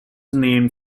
named